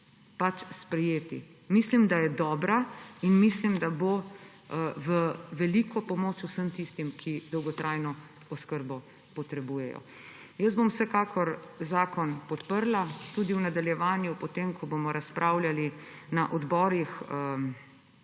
sprejeti. Mislim, da je dobra, in mislim, da bo v veliko pomoč vsem tistim, ki dolgotrajno oskrbo potrebujejo. Jaz bom vsekakor zakon podprla. Tudi v nadaljevanju, potem ko bomo razpravljali na odborih,